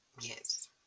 Yes